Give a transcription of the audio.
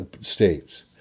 states